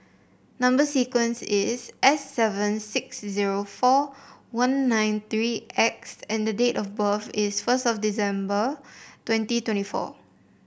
number sequence is S seven six zero four one nine three X and the date of birth is first of December twenty twenty four